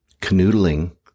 canoodling